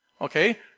Okay